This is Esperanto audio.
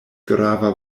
grave